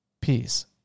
Peace